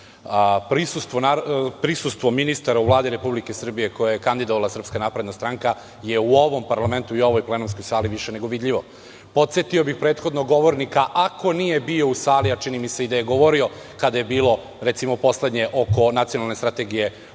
ministara u Vladi Republike Srbije, koje je kandidovala Srpska napredna stranka je u ovom parlamentu i ovoj plenumskoj sali, više nego vidljivo. Podsetio bih prethodnog govornika, ako nije bio u sali, a čini mi se da je i govorio kada je bilo, recimo poslednje oko nacionalne strategije